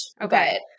Okay